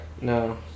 No